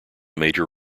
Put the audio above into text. major